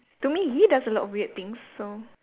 to me he does a lot of weird things so